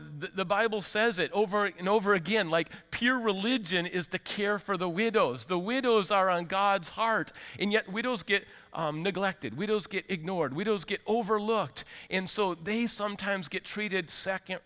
the bible says it over and over again like pure religion is to care for the widows the widows are on god's heart and yet we do is get neglected we don't get ignored we don't get overlooked in so they sometimes get treated second